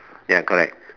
ya correct